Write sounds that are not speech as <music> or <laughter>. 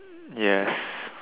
<noise> yes